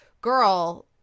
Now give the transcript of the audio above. girl